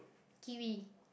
kiwi